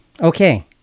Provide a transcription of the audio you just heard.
Okay